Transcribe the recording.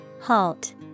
Halt